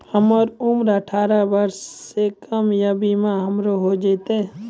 हमर उम्र अठारह वर्ष से कम या बीमा हमर हो जायत?